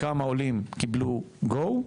כמה עולים קיבלו GO,